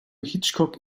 hitchcock